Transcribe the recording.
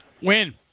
Win